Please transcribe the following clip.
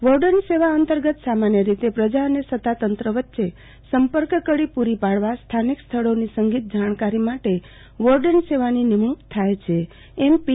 warden સેવા અંતર્ગત સામાન્ય રીતે પ્રજા અને સતાતંત્ર વચ્ચે સંપર્ક કડી પૂરી પાડવા સ્થાનિક સ્થળોની સંગીન જાણકારી માટે વોર્ડન સેવાની નિમણક થાય છે એમ પી